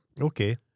Okay